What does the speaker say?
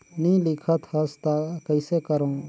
नी लिखत हस ता कइसे करू?